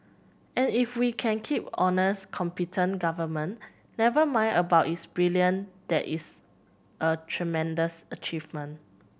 and if we can keep honest competent government never mind about its brilliant that is a tremendous achievement